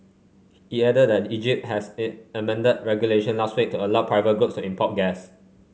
it added that Egypt has amended regulation last week to allow private groups to import gas